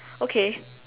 okay